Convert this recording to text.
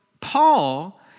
Paul